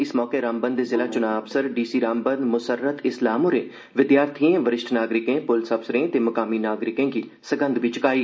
इस मौके रामबन दे जिला चुना अ सर डी सी रामबन मुसरत इस्लाम होरें विद्यार्थियें वरिश्ठ नागरिकें प्लस अफ्सरें ते मकामी नागरिकें गी सगन्ध बी चकाई